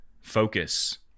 focus